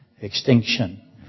extinction